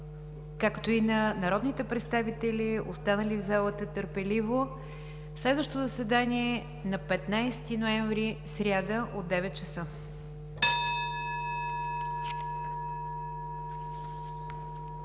както и на народните представители, останали в залата търпеливо. Следващото заседание е на 15 ноември 2017 г., сряда, от 9,00 ч.